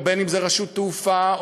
בין שזה רשות תעופה,